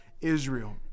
Israel